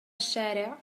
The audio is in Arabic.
الشارع